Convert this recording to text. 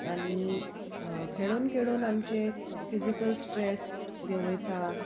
आनी खेळोन खेळोन आमचे फिजिकल स्ट्रेस देंवयता